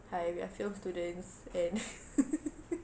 hi we are failed students and